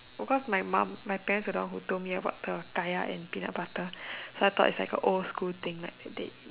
oh cause my mum my parents are the one who told me about the kaya and peanut butter so I thought is like a old school thing that they eat